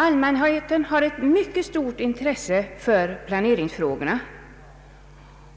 Allmänheten har ett mycket stort intresse för planeringsfrågorna,